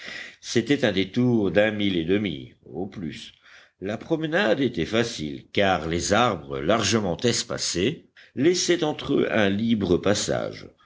c'était un détour d'un mille et demi au plus la promenade était facile car les arbres largement espacés laissaient entre eux un libre passage